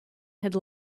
had